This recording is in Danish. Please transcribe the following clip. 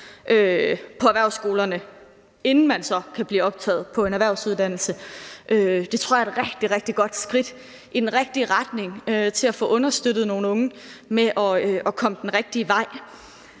på erhvervsskolerne, inden man så kan blive optaget på en erhvervsuddannelse. Det tror jeg er et rigtig, rigtig godt skridt i den rigtige retning mod at få understøttet nogle unge i at komme den rigtige vej.